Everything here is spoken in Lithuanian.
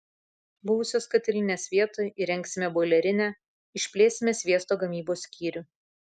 buvusios katilinės vietoj įrengsime boilerinę išplėsime sviesto gamybos skyrių